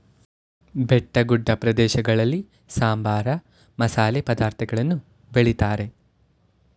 ಬೆಟ್ಟಗುಡ್ಡ ಪ್ರದೇಶಗಳಲ್ಲಿ ಸಾಂಬಾರ, ಮಸಾಲೆ ಪದಾರ್ಥಗಳನ್ನು ಬೆಳಿತಾರೆ